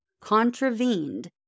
contravened